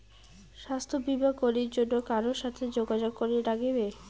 স্বাস্থ্য বিমা করির জন্যে কার সাথে যোগাযোগ করির নাগিবে?